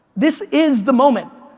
this is the moment.